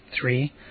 Three